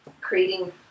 creating